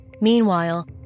Meanwhile